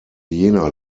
jener